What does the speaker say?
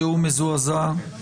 שהוא מזועזע.